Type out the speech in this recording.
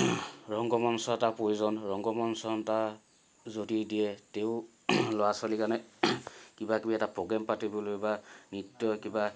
ৰংগমঞ্চ এটাৰ প্ৰয়োজন ৰংগমঞ্চ এটা যদি দিয়ে তেও ল'ৰা ছোৱালীৰ কাৰণে কিবাকিবি এটা প্ৰগ্ৰেম পাতিবলৈ বা নৃত্যই কিবা